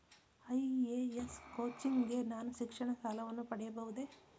IAS coaching ಗೆ ನಾನು ಶಿಕ್ಷಣ ಸಾಲವನ್ನು ಪಡೆಯಬಹುದೇ?